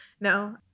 no